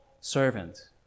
servant